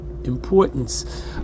importance